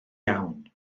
iawn